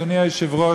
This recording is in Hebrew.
אדוני היושב-ראש,